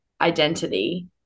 identity